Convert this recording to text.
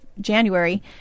January